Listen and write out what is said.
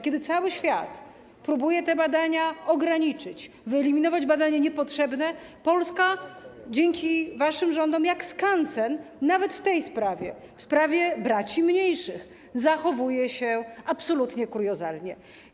Kiedy cały świat próbuje te badania ograniczyć, wyeliminować badania niepotrzebne, Polska dzięki waszym rządom jak skansen nawet w tej sprawie, w sprawie braci mniejszych, zachowuje się absolutnie kuriozalnie.